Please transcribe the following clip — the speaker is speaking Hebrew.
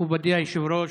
מכובדי היושב-ראש,